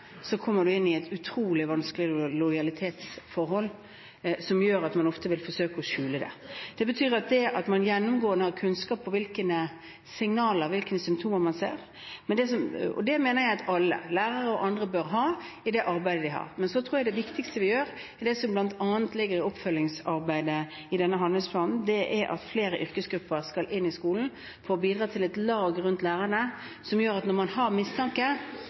kommer man i et utrolig vanskelig lojalitetsforhold som gjør at man ofte vil forsøke å skjule det. Det betyr at det å gjennomgå og ha kunnskap om signaler, hvilke symptomer man ser, er noe jeg mener alle lærere og andre bør ha med seg i det arbeidet de gjør. Men jeg tror det viktigste vi gjør, er det som bl.a. ligger i oppfølgingsarbeidet i denne handlingsplanen, at flere yrkesgrupper skal inn i skolen og bidra til et lag rundt lærerne som gjør at når man har mistanke,